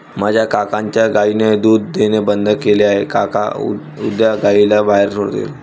माझ्या काकांच्या गायीने दूध देणे बंद केले आहे, काका उद्या गायीला बाहेर सोडतील